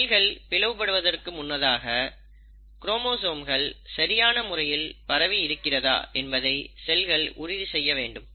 செல்கள் பிளவுபடுவதற்கு முன்னதாக க்ரோமோசோம்கள் சரியான முறையில் பரவி இருக்கிறதா என்பதை செல்கள் உறுதி செய்ய வேண்டும்